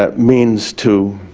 ah means to